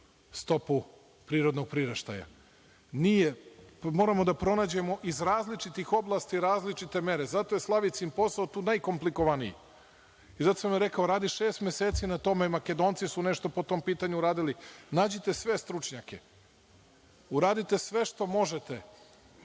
stopu prirodnog priraštaja. Moramo da pronađemo iz različitih oblasti različite mere. Zato je Slavicin posao tu najkomplikovaniji. Zato sam i rekao radi šest meseci na tome, Makedonci su nešto po tom pitanju uradili, nađite svoje stručnjake, uradite sve što možete,